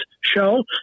show